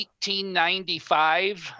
1895